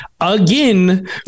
again